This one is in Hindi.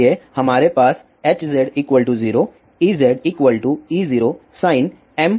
इसलिए हमारे पास Hz 0 EzE0sin mπax e γz है